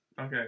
Okay